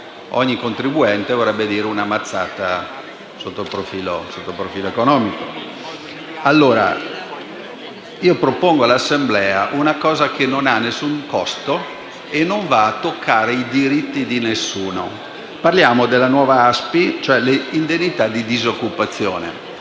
ogni contribuente vorrebbero dire una mazzata sotto il profilo economico. Propongo all'Assemblea una cosa che non ha nessun costo e non va a toccare i diritti di nessuno. Parliamo della nuova ASPI, cioè dell'indennità di disoccupazione,